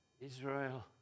Israel